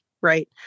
right